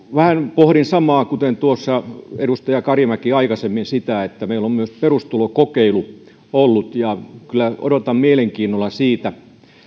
pohdin vähän samaa kuin edustaja karimäki aikaisemmin että meillä on myös perustulokokeilu ollut ja odotan kyllä mielenkiinnolla siitä